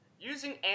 Using